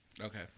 Okay